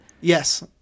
Yes